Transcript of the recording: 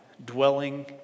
Dwelling